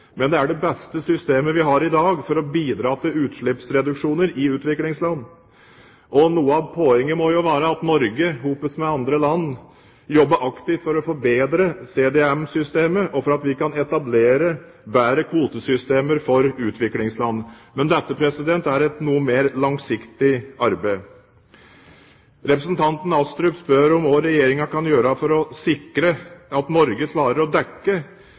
Men det er det beste systemet vi har i dag for å bidra til utslippsreduksjoner i utviklingsland. Noe av poenget må jo være at Norge sammen med andre land jobber aktivt for å forbedre CDM-systemet og etablerer bedre kvotesystemer for utviklingsland. Men dette er et noe mer langsiktig arbeid. Representanten Astrup spør om hva Regjeringen kan gjøre for å sikre at Norge klarer å dekke